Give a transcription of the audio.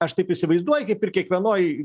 aš taip įsivaizduoju kaip ir kiekvienoj